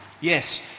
Yes